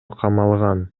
камалган